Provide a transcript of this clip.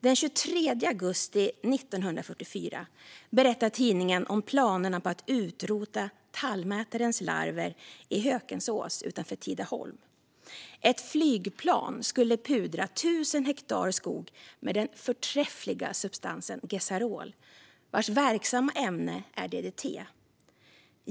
Den 23 augusti 1944 berättade tidningen om planerna på att utrota tallmätarens larver på Hökensås utanför Tidaholm. Ett flygplan skulle pudra 1 000 hektar skog med den "förträffliga" substansen Gesarol, vars verksamma ämne är DDT.